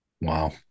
wow